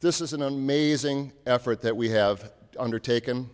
this is an amazing effort that we have undertak